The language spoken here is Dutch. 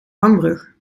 hangbrug